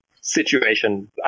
situation